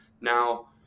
now